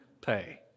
pay